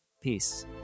peace